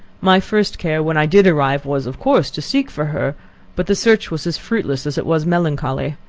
my first care, when i did arrive, was of course to seek for her but the search was as fruitless as it was melancholy.